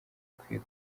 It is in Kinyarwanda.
ukwiye